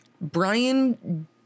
Brian